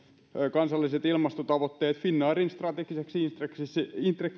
kansalliset ilmastotavoitteet finnairin strategiseksi intressiksi